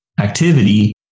activity